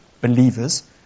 believers